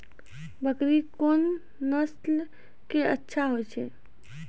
बकरी कोन नस्ल के अच्छा होय छै?